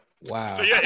Wow